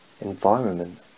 environment